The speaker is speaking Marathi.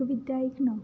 विद्या ऐक ना